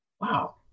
wow